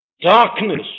Darkness